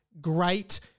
great